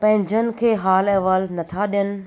पंहिंजनि खे हाल अहिवालु नथां ॾियनि